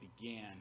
began